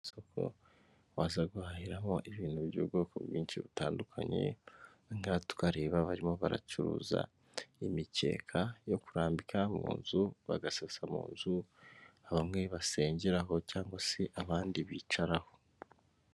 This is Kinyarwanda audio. Mu isoko, waza guhahiramo ibintu by'ubwoko bwinshi butandukanye, nk'aha tureba barimo baracuruza imikeka yo kurambika mu nzu, bagasasa mu nzu, bamwe basengeraho cyangwa se abandi bicaraho.